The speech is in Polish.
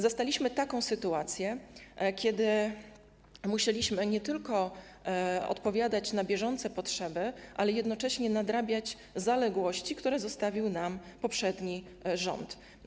Zastaliśmy taką sytuację, kiedy musieliśmy nie tylko odpowiadać na bieżące potrzeby, ale jednocześnie nadrabiać zaległości, które zostawił nam poprzedni rząd.